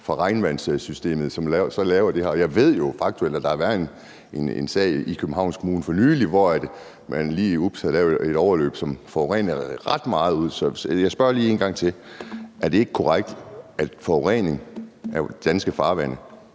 fra regnvandssystemet, som laver det her. Jeg ved jo faktuelt, at der har været en sag i Københavns Kommune for nylig, hvor man lige ups havde lavet et overløb, som forurenede ret meget. Så jeg spørger lige en gang til: Er det ikke korrekt, at der i forhold til forurening af danske farvande